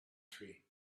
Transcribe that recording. tree